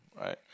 right